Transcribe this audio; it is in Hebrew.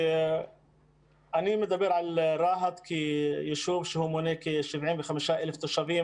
אני מדבר על רהט כיישוב שמונה כ-75,000 תושבים